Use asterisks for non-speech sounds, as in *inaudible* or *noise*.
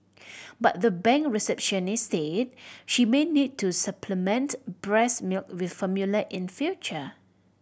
*noise* but the bank receptionist said she may need to supplement breast milk with formula in future